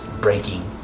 breaking